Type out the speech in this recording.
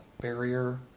barrier